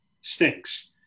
stinks